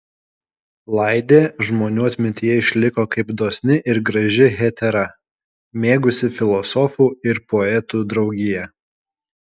laidė žmonių atmintyje išliko kaip dosni ir graži hetera mėgusi filosofų ir poetų draugiją